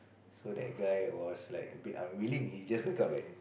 so that guy was like a bit unwilling he just wake up like